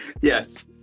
yes